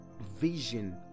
vision